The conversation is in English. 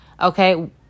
okay